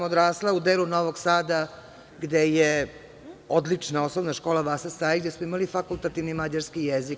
Odrasla sam u delu Novog Sada gde je odlična Osnovna škola „Vasa Stajić“, gde smo imali fakultativni mađarski jezik.